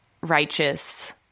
righteous